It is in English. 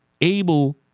able